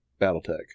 Battletech